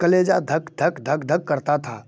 कलेजा धक धक धक धक करता था